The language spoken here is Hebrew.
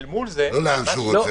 אל מול זה --- לא לאן שהוא רוצה.